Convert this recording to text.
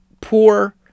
poor